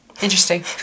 interesting